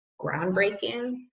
groundbreaking